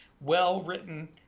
well-written